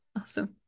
Awesome